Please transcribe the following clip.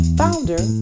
founder